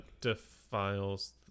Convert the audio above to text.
defiles